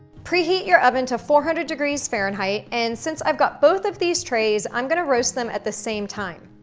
preheat your oven to four hundred degrees fahrenheit and since i've got both of these trays i'm gonna roast them at the same time.